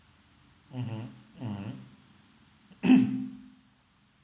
mmhmm mmhmm